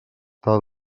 tal